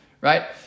Right